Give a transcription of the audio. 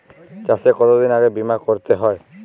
চাষে কতদিন আগে বিমা করাতে হয়?